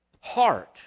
heart